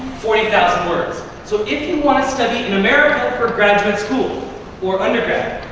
forty thousand words. so if you want to study in america for graduate school or undergrad,